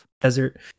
Desert